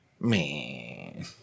man